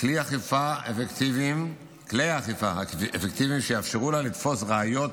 כלי אכיפה אפקטיביים שיאפשרו לה לתפוס ראיות